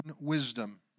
wisdom